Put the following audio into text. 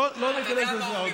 לא ניכנס לזה עוד פעם.